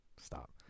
Stop